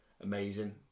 Amazing